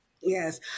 Yes